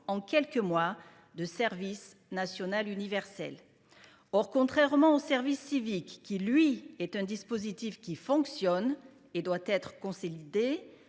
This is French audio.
en quelques mois de service national universel… Contrairement au service civique, dispositif qui fonctionne et doit être consolidé,